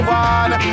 one